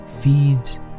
feeds